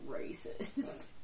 racist